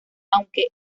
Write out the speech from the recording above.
aunque